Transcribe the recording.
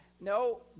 no